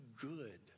good